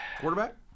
Quarterback